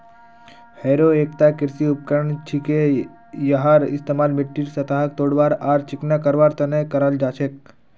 harrow एकता कृषि उपकरण छिके यहार इस्तमाल मिट्टीर सतहक तोड़वार आर चिकना करवार तने कराल जा छेक